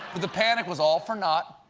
the panic was all for naught,